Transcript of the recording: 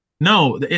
No